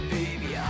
baby